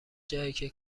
جاییکه